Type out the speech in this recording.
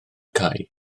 cae